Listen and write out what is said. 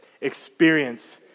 experience